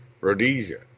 Rhodesia